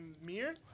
Mir